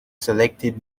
selected